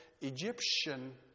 Egyptian